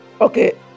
Okay